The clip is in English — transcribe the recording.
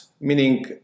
meaning